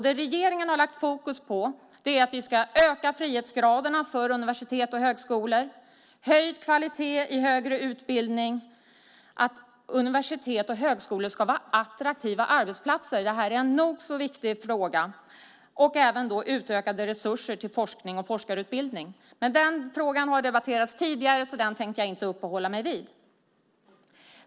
Det regeringen har lagt fokus på är ökade frihetsgrader för universitet och högskolor, höjd kvalitet i högre utbildning, att universitet och högskolor ska vara attraktiva arbetsplatser - det är en nog så viktig fråga - och även utökade resurser till forskning och forskarutbildning. Men den frågan har debatterats tidigare, så den tänker jag inte uppehålla mig vid.